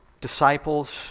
disciples